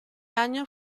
año